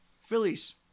Phillies